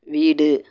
வீடு